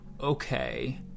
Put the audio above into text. okay